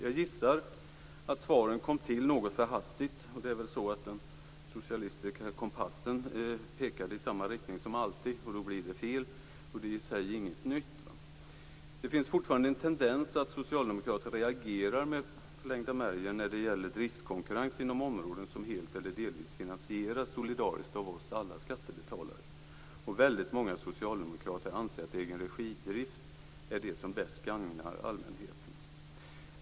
Jag gissar att svaren kom till något för hastigt. Den socialistiska kompassen pekade väl i samma riktning som alltid, och då blir det fel. Det i sig är inget nytt. Det finns fortfarande en tendens att socialdemokrater reagerar med förlängda märgen när det gäller driftkonkurrens inom områden som helt eller delvis finansieras solidariskt av alla oss skattebetalare. Väldigt många socialdemokrater anser att egenregidrift är det som bäst gagnar allmänheten.